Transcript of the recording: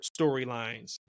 storylines